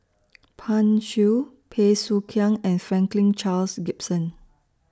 Pan Shou Bey Soo Khiang and Franklin Charles Gimson